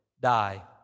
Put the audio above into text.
die